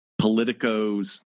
Politico's